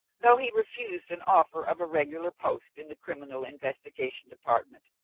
though he refused an offer of a regular post in the criminal investigation department,